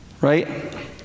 right